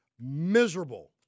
miserable